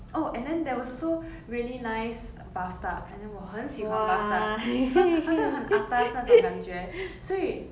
oh and then there was also really nice bathtub and then 我很喜欢 bathtub so 好像很 atas 那种感觉所以